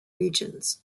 regions